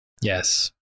Yes